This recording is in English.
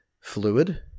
fluid